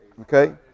Okay